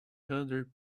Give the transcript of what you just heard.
hundred